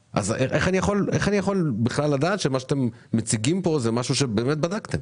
איך אני יכול בכלל לדעת שמה שאתם מציגים כאן זה משהו שבאמת בדקתם?